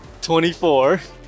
24